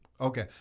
okay